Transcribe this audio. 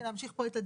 להמשיך פה את הדיון.